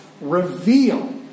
reveal